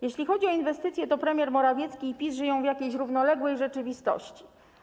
Jeśli chodzi o inwestycje, to premier Morawiecki i PiS żyją w jakiejś równoległej rzeczywistości.